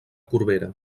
corbera